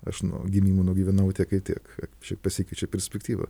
aš nuo gimimo nugyvenau tiek ir tiek pasikeičia perspektyva